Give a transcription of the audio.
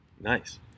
Nice